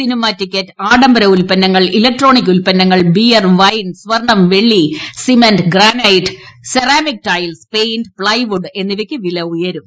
cinema ticket ആഡംബര ഉൽപന്നങ്ങൾ electronic ഉൽപ്പന്നങ്ങൾ ബിയർ വൈൻ സ്വർണം വെള്ളി cement granite ceramic tiles paint plywood എന്നിവയ്ക്ക് വില ഉയരും